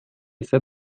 ise